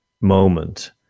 moment